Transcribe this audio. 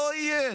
לא יהיה.